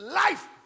life